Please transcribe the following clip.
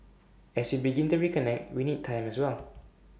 as we begin to reconnect we need time as well